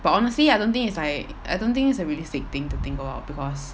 but honestly I don't think it's like I don't think it's a realistic thing to think about because